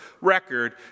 record